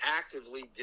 actively